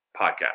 Podcast